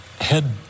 head